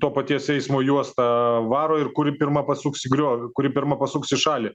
to paties eismo juosta varo ir kuri pirma pasuks į griovį kuri pirma pasuks į šalį